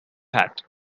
hat